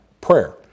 prayer